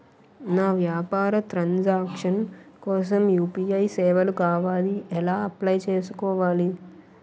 నా వ్యాపార ట్రన్ సాంక్షన్ కోసం యు.పి.ఐ సేవలు కావాలి ఎలా అప్లయ్ చేసుకోవాలి?